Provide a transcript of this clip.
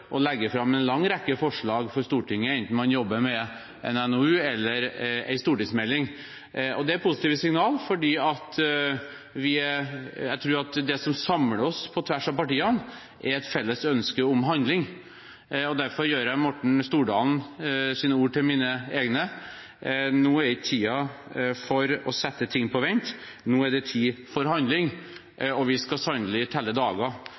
å legge fram en lang rekke forslag for Stortinget, enten man jobber med en NOU eller med en stortingsmelding. Det er positive signaler. Jeg tror at det som samler oss – på tvers av partiene – er et felles ønske om handling. Derfor gjør jeg Morten Stordalens ord til mine egne: Nå er det ikke tiden for å sette ting på vent, nå er det tid for handling. Og vi skal sannelig telle